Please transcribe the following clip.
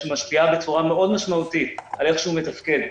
שמשפיעה בצורה מאוד משמעותית על איך שהוא מתפקד.